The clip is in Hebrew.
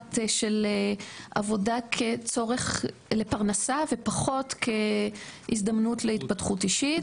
רווחת על עבודה כצורך לפרנסה ופחות כהזדמנות להתפתחות אישית,